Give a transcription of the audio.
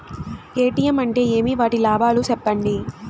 ATM అంటే ఏమి? వాటి లాభాలు సెప్పండి?